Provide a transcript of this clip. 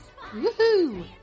Woohoo